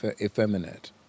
effeminate